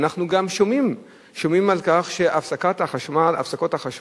אנחנו גם שומעים על כך שהפסקות החשמל,